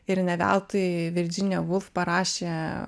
ir ne veltui virdžinija vulf parašė